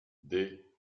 des